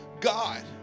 God